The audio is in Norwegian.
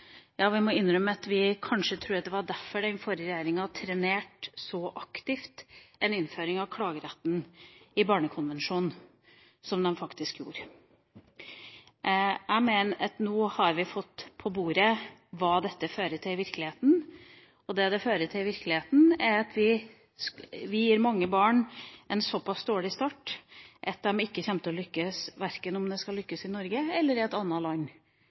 Vi må innrømme at vi kanskje trodde at det var derfor den forrige regjeringa trenerte så aktivt en innføring av klageretten i Barnekonvensjonen som de faktisk gjorde. Jeg mener at nå har vi fått på bordet hva dette fører til i virkeligheten, og det dette fører til i virkeligheten, er at vi gir mange barn en såpass dårlig start at de ikke kommer til å lykkes verken i Norge eller i noe annet land